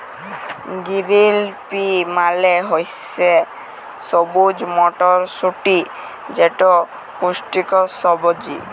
গিরিল পি মালে হছে সবুজ মটরশুঁটি যেট পুষ্টিকর সবজি